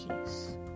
peace